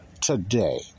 today